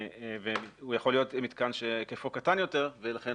הוא יכול להיות מתקן שהיקפו קטן יותר ולכן